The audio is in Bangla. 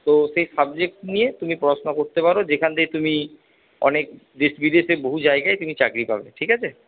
তো সেই সাবজেক্ট নিয়ে তুমি পড়াশুনা করতে পারো যেখান থেকে তুমি অনেক দেশ বিদেশে বহু জায়গায় তুমি চাকরি পাবে ঠিক আছে